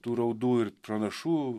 tų raudų ir pranašų